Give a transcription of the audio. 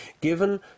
given